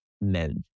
men